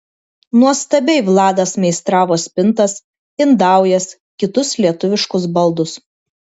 nuostabiai vladas meistravo spintas indaujas kitus lietuviškus baldus